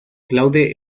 claude